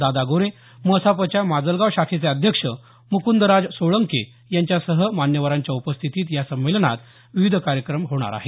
दादा गोरे मसापच्या माजलगाव शाखेचे अध्यक्ष मुकुंदराज सोळंके यांच्यासह मान्यवरांच्या उपस्थितीत या संमेलनात विविध कार्यक्रम होणार आहेत